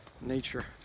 Nature